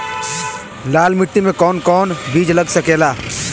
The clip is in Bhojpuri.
लाल मिट्टी में कौन कौन बीज लग सकेला?